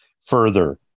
further